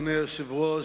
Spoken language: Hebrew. אדוני היושב-ראש,